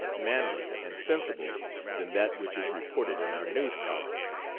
manly and sensible than that which is reported in our news columns.